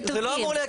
זה לא אמור.